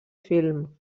film